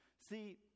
See